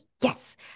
yes